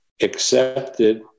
accepted